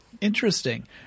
Interesting